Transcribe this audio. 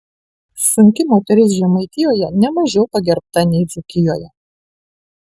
sunki moteris žemaitijoje ne mažiau pagerbta nei dzūkijoje